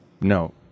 No